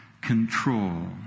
control